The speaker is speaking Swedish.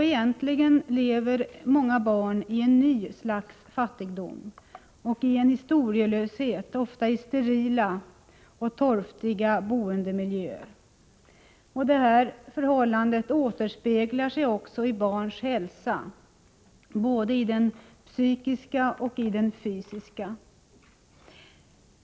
Egentligen lever många barn i ett nytt slags fattigdom och i en historielöshet, ofta i sterila, torftiga boendemiljöer. Detta förhållande återspeglar sig också i barns hälsa, både i den psykiska och i den fysiska hälsan.